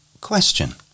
Question